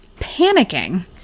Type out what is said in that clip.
panicking